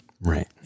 right